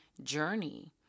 journey